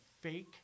fake